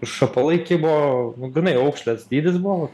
šapalai kibo nu grynai aukšlės dydis buvo